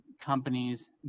companies